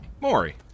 Maury